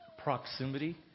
Proximity